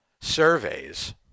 surveys